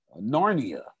Narnia